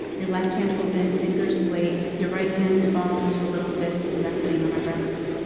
your left hand open, fingers splayed, your right hand balled into a little fist and resting on my breast.